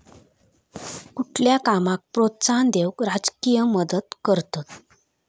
कुठल्या कामाक प्रोत्साहन देऊक राजकीय मदत करतत